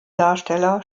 darsteller